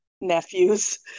nephews